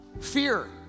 Fear